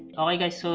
ah hi guys, so